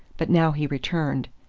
but now he returned.